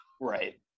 right